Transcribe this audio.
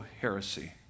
heresy